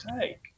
take